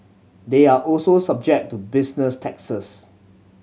they are also subject to business taxes